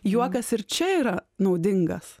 juokas ir čia yra naudingas